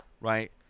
right